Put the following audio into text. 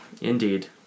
Indeed